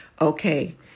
Okay